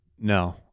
No